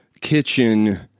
kitchen